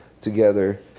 together